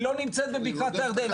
היא לא נמצאת בבקעת הירדן,